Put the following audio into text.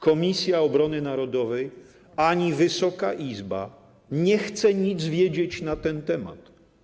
Komisja Obrony Narodowej ani Wysoka Izba nie chce nic wiedzieć na ten temat.